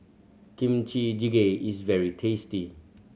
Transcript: Kimchi Jjigae is very tasty